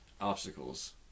obstacles